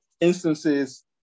instances